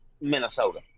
Minnesota